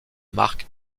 marque